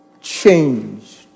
changed